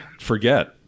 forget